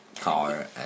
car